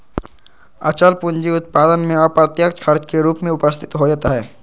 अचल पूंजी उत्पादन में अप्रत्यक्ष खर्च के रूप में उपस्थित होइत हइ